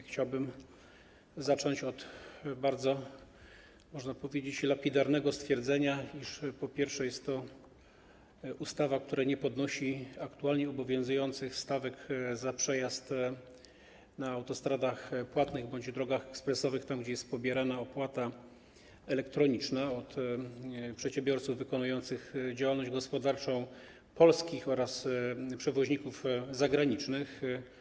Chciałbym zacząć od bardzo, można powiedzieć, lapidarnego stwierdzenia, iż jest to ustawa, która nie podnosi aktualnie obowiązujących stawek za przejazd na autostradach płatnych bądź drogach ekspresowych, tam gdzie jest pobierana opłata elektroniczna od polskich przedsiębiorców wykonujących działalność gospodarczą oraz przewoźników zagranicznych.